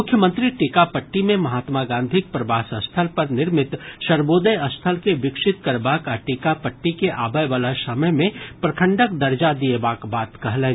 मुख्यमंत्री टीकापट्टी मे महात्मा गांधीक प्रवास स्थल पर निर्मित सर्वोदय स्थल के विकसित करबाक आ टीकापट्टी के आबयवला समय मे प्रखंडक दर्जा दिएबाक बात कहलनि